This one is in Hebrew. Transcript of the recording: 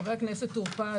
חבר הכנסת טור פז,